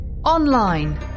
online